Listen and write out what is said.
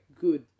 good